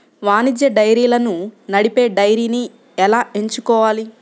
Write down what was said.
వాణిజ్య డైరీలను నడిపే డైరీని ఎలా ఎంచుకోవాలి?